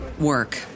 Work